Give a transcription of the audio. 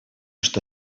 что